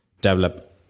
develop